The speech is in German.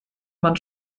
man